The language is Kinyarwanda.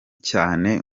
cyane